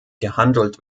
gehandelt